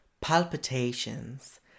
Palpitations